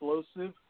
explosive